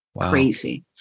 Crazy